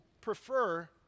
prefer